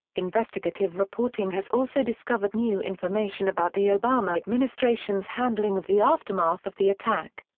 investigative reporting has also discovered new information about the obama administration's handling of the aftermath of the attack.